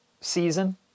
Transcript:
season